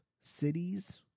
cities